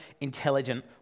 intelligent